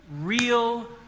Real